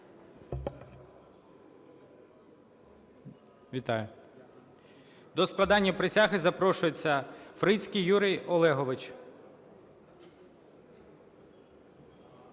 Вітаю. До складення присяги запрошується Фрицький Юрій Олегович.